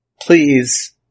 Please